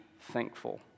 thankful